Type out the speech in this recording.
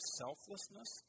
selflessness